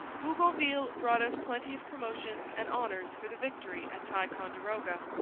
bougainville brought out plenty of promotions and honours for the victory at ticonderoga.